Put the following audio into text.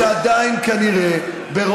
עדיין, עדיין, מה